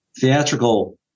theatrical